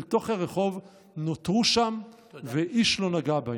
תוך הרחוב נותרו שם ואיש לא נגע בהן.